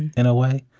in a way.